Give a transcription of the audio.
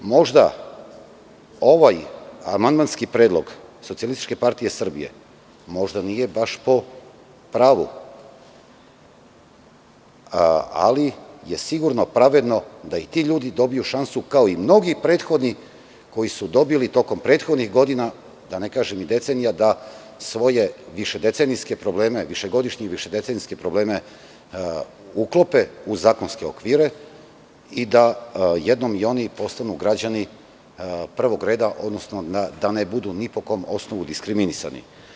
Možda ovaj amandmanski predlog SPS nije baš po pravu, ali je sigurno pravedno da i ti ljudi dobiju šansu, kao i mnogi prethodni koji su dobili tokom prethodnih godina, da ne kažem i decenija, da svoje višedecenijske probleme, višegodišnje probleme uklope u zakonske okvire i da jednom i oni postanu građani prvog reda, odnosno da ne budu ni po kom osnovu diskriminisani.